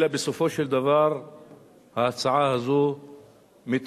אלא בסופו של דבר ההצעה הזאת מתאדה,